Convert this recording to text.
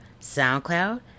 soundcloud